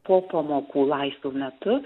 po pamokų laisvu metu